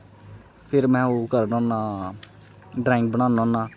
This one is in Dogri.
फिर में ओह् करना होना ड्रांइग बनाना होन्ना